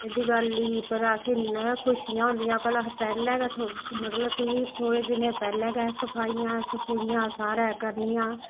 ते देआली पर अस इन्नै खुशियां होंदियां भला अस पैह्लें गै मतलब कि थोह्ड़े दिनें पैह्लें गै सफाइयां सफूइयां सारें करनियां